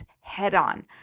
head-on